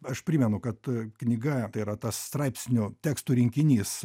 aš primenu kad knyga yra tas straipsnių tekstų rinkinys